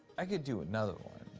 i could do another one.